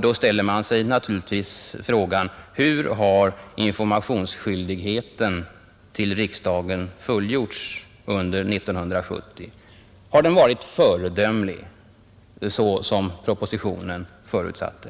Då ställer man sig naturligtvis frågan: Hur har informationsskyldigheten till riksdagen fullgjorts under år 1970? Har den varit föredömlig, som propositionen förutsatte?